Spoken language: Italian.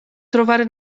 trovare